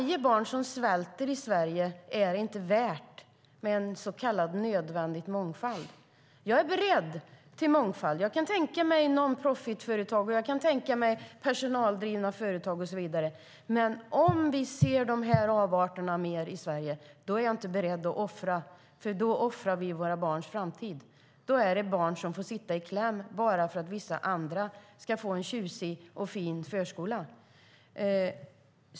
Jag kan tänka mig mångfald i form av non profit-företag, personaldrivna företag och så vidare, men om vi ser mer av dessa avarter i Sverige är jag inte beredd att offra våra barns framtid. Då får barnen sitta i kläm för att vissa ska få en tjusig förskola.